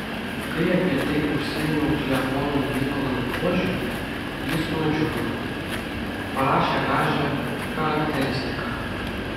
kai apie tai užsiminiau klebonui mykolui buožiui jis nudžiugo parašė gražią charakteristiką